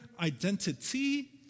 identity